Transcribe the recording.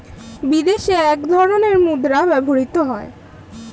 বিদেশে এক ধরনের মুদ্রা ব্যবহৃত হয়